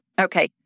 Okay